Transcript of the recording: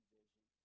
vision